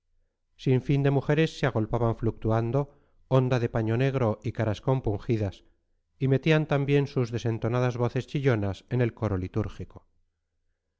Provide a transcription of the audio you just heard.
sin fin de mujeres se agolpaban fluctuando onda de paño negro y caras compungidas y metían también sus desentonadas voces chillonas en el coro litúrgico